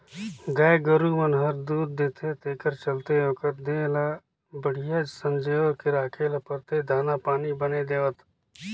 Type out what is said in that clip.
गाय गोरु मन हर दूद देथे तेखर चलते ओखर देह ल बड़िहा संजोए के राखे ल परथे दाना पानी बने देवत